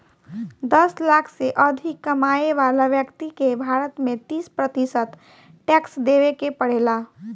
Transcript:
दस लाख से अधिक कमाए वाला ब्यक्ति के भारत में तीस प्रतिशत टैक्स देवे के पड़ेला